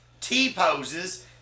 T-poses